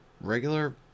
regular